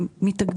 אני אדבר בהמשך,